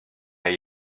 that